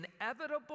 inevitable